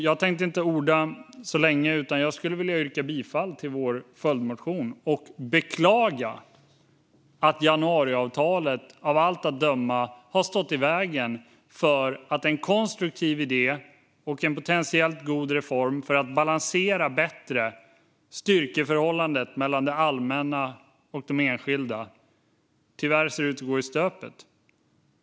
Jag tänkte inte orda särskilt länge, utan jag vill yrka bifall till vår följdmotion och beklaga att januariavtalet av allt att döma har stått i vägen för en konstruktiv idé och att en potentiellt god reform för att bättre balansera styrkeförhållandet mellan det allmänna och de enskilda tyvärr ser ut att gå i stöpet.